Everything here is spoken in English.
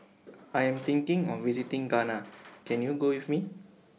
I Am thinking of visiting Ghana Can YOU Go with Me